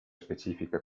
specifiche